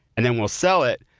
and then we'll sell it.